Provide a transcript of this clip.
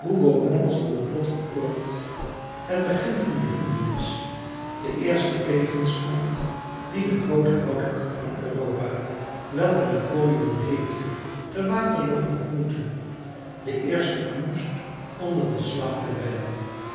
was een noodlottig oord het begin van de hindernis de eerste tegenstand dien de groote houthakker van europa welke napoleon heette te waterloo ontmoette de eerste knoest onder den slag der bijl